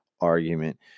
argument